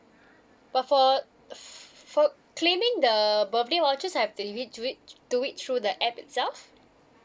but for for claiming the birthday voucher I've to do it do it through the app itself